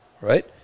Right